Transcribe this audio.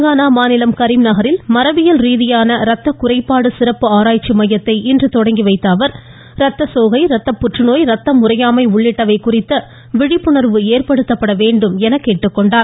தெலுங்கானா மாநிலம் கரீம் நகரில் மரபியல் ரீதியான ரத்த குறைபாடு சிறப்பு ஆராய்ச்சி மையத்தை இன்று தொடங்கி வைத்த அவர் ரத்தசோகை ரத்தப் புற்றநோய் ரத்தம் உறையாமை உள்ளிட்டவை குறித்த விழிப்புணர்வு ஏற்படுத்தப்பட வேண்டும் என கூறினார்